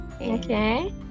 Okay